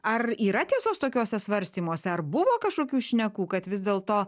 ar yra tiesos tokiuose svarstymuose ar buvo kažkokių šnekų kad vis dėlto